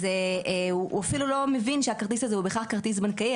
אז הוא אפילו לא מבין שהכרטיס הזה הוא בכלל כרטיס בנקאי,